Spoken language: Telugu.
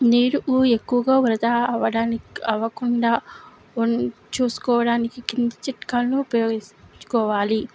నీరు ఎక్కువగా వృధా అవ్వడానికి అవ్వకుండా చూసుకోవడానికి కింది చిట్కాలు ఉపయోగించుకోవాలి